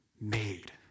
made